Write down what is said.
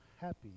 happy